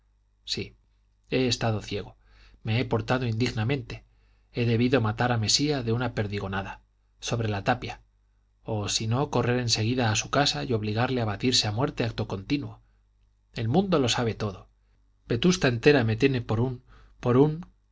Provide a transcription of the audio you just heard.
sí he estado ciego me he portado indignamente he debido matar a mesía de una perdigonada sobre la tapia o si no correr en seguida a su casa y obligarle a batirse a muerte acto continuo el mundo lo sabe todo vetusta entera me tiene por un por un